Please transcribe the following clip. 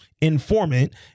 informant